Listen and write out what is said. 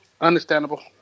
Understandable